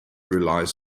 relies